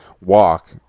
walk